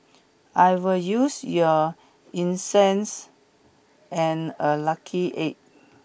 I will use your incense and a lucky egg